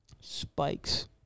Spikes